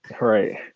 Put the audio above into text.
Right